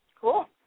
Cool